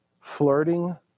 flirting